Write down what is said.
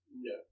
No